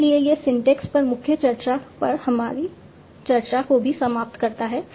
इसलिए यह सिंटैक्स पर मुख्य चर्चा पर हमारी चर्चा को भी समाप्त करता है